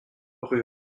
rue